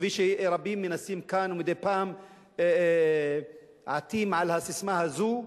כפי שרבים מנסים כאן ומדי פעם עטים על הססמה הזו,